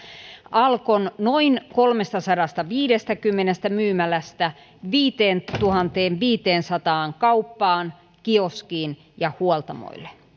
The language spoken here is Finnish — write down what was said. alkon noin kolmestasadastaviidestäkymmenestä myymälästä viiteentuhanteenviiteensataan kauppaan kioskiin ja huoltamolle